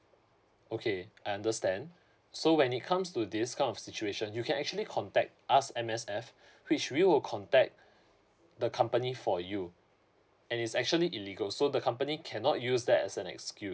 okay I understand so when it comes to this kind of situation you can actually contact us M_S_F which we will contact the company for you and is actually illegal so the company cannot use that as an excuses